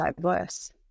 diverse